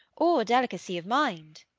or delicacy of mind.